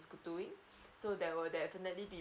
is doing so there will definitely be